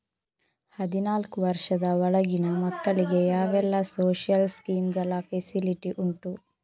ಹದಿನಾಲ್ಕು ವರ್ಷದ ಒಳಗಿನ ಮಕ್ಕಳಿಗೆ ಯಾವೆಲ್ಲ ಸೋಶಿಯಲ್ ಸ್ಕೀಂಗಳ ಫೆಸಿಲಿಟಿ ಉಂಟು?